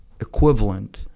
equivalent